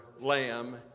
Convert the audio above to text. lamb